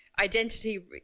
identity